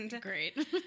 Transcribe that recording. Great